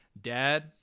dad